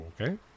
okay